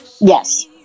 Yes